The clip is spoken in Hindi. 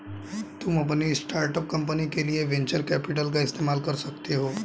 तुम अपनी स्टार्ट अप कंपनी के लिए वेन्चर कैपिटल का इस्तेमाल कर सकते हो